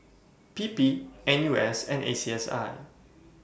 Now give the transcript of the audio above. P P N U S and A C S